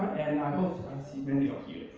and i hope i'll see many ah